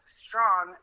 strong